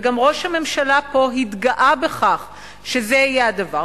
וגם ראש הממשלה התגאה פה בכך שזה יהיה הדבר,